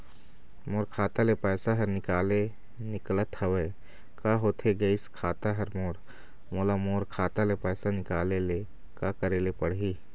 मोर खाता ले पैसा हर निकाले निकलत हवे, का होथे गइस खाता हर मोर, मोला मोर खाता ले पैसा निकाले ले का करे ले पड़ही?